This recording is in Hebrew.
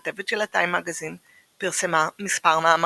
כתבת של הטיים מגזין פרסמה מספר מאמרים.